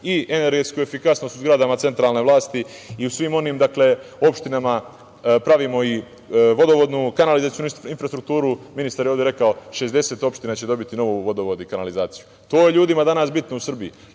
i energetsku efikasnost u zgradama centralne vlasti i u svim onim opštinama pravimo i vodovodnu i kanalizacionu infrastrukturu. Ministar je ovde rekao, 60 opština će dobiti nov vodovod i kanalizaciju. To je ljudima danas bitno u Srbiji. To